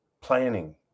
planning